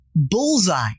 Bullseye